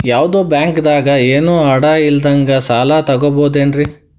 ಯಾವ್ದೋ ಬ್ಯಾಂಕ್ ದಾಗ ಏನು ಅಡ ಇಲ್ಲದಂಗ ಸಾಲ ತಗೋಬಹುದೇನ್ರಿ?